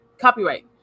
copyright